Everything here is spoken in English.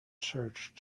church